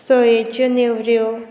सयेच्यो नेवऱ्यो